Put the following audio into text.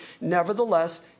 nevertheless